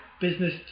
Business